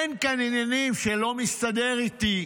אין כאן עניינים של "לא מסתדר איתי",